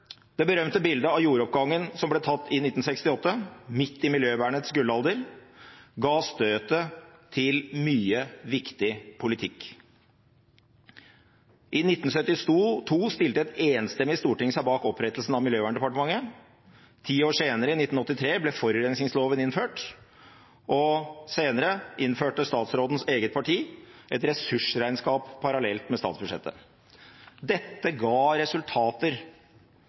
Det berømte bildet av jordoppgangen, som ble tatt i 1968 – midt i miljøvernets gullalder – ga støtet til mye viktig politikk. I 1972 stilte et enstemmig storting seg bak opprettelsen av Miljøverndepartementet. Ni år senere, i 1981, ble forurensningsloven innført, og senere innførte statsrådens eget parti et ressursregnskap parallelt med statsbudsjettet. Dette ga resultater.